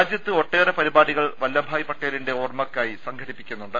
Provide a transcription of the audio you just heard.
രാജ്യത്ത് ഒട്ടേറെ പരിപാടികൾ വല്ലഭായ് പട്ടേലിന്റെ ഓർമ യ്ക്കായി സംഘടിപ്പിക്കുന്നുണ്ട്